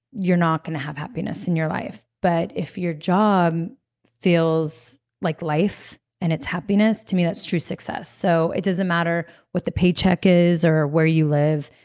you're not going to have happiness in your life, but if your job feels like life and it's happiness, to me, that's true success. so it doesn't matter what the paycheck is or where you live,